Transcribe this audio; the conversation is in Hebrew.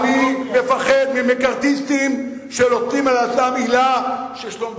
מפחד ממקארתיסטים שנוטלים על עצמם הילה של שלום בית.